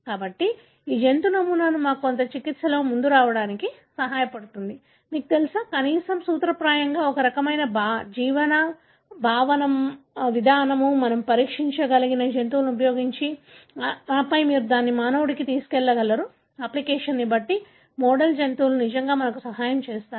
కాబట్టి ఈ జంతు నమూనా మాకు కొంత చికిత్సతో ముందుకు రావడానికి సహాయపడుతుంది మీకు తెలుసా కనీసం సూత్రప్రాయంగా ఒక రకమైన భావన విధానం మనం పరీక్షించగల జంతువులను ఉపయోగించి ఆపై మీరు దానిని మానవుడికి తీసుకెళ్లగలరు అప్లికేషన్ కాబట్టి మోడల్ జంతువులు నిజంగా మనకు సహాయం చేస్తాయి